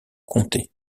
conter